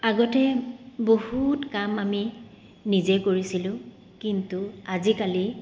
আগতে বহুত কাম আমি নিজে কৰিছিলোঁ কিন্তু আজিকালি